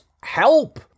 help